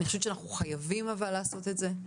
אבל אני חושבת שאנחנו חייבים לעשות את זה.